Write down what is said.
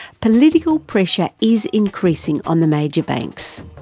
political pressure is increasing on the major banks.